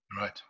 Right